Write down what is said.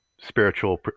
spiritual